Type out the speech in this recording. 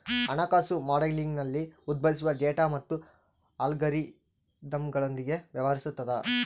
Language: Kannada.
ಹಣಕಾಸು ಮಾಡೆಲಿಂಗ್ನಲ್ಲಿ ಉದ್ಭವಿಸುವ ಡೇಟಾ ಮತ್ತು ಅಲ್ಗಾರಿದಮ್ಗಳೊಂದಿಗೆ ವ್ಯವಹರಿಸುತದ